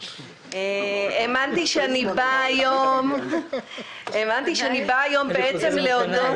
חשבתי והאמנתי שאני באה היום בעצם להודות